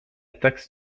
taxe